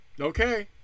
Okay